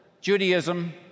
Judaism